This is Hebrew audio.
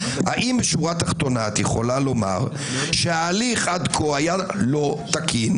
האם בשורה התחתונה את יכולה לומר שההליך עד כה היה לא תקין?